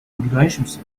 нуждающимся